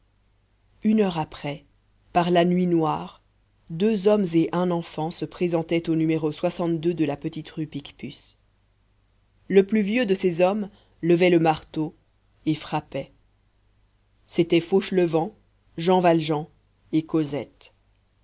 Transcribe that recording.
une heure après par la nuit noire deux hommes et un enfant se présentaient au numéro de la petite rue picpus le plus vieux de ces hommes levait le marteau et frappait c'étaient fauchelevent jean valjean et cosette